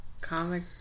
comic